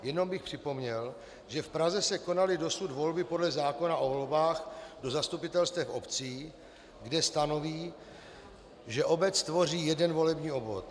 Jenom bych připomněl, že v Praze se dosud konaly volby podle zákona o volbách do zastupitelstev obcí, kde se stanoví, že obec tvoří jeden volební obvod.